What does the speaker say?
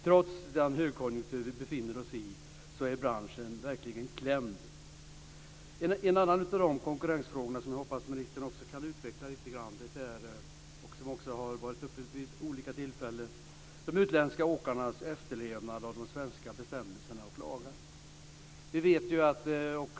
Trots den högkonjunktur vi befinner oss i är branschen verkligen klämd. En av konkurrensfrågorna som jag hoppas att ministern kan utveckla - och som har varit uppe till diskussion vid olika tillfällen - gäller de utländska åkarnas efterlevnad av svenska bestämmelser och lagar.